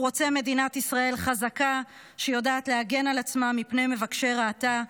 הוא רוצה מדינת ישראל חזקה שיודעת להגן על עצמה מפני מבקשי רעתה.